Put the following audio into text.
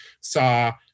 saw